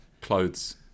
Clothes